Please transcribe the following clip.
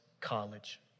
college